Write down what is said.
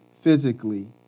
physically